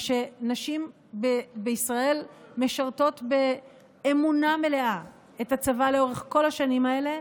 נשים בישראל משרתות באמונה מלאה את הצבא לאורך כל השנים האלה,